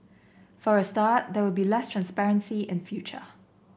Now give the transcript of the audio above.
for a start there will be less transparency in future